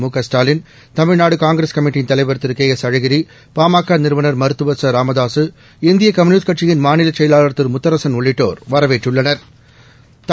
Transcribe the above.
மு க ஸ்டாலின் தமிழ்நாடு காங்கிரஸ் கமிட்டியின் தலைவர் திரு கே எஸ் அழகிரி பாமக நிறுவனர் மருத்துவர் ச ராமதாக இந்திய கம்யுனிஸ்ட் கட்சியின் மாநில செயலாளா் திரு முத்தரசன் உள்ளிட்டோா் வரவேற்றுள்ளனா்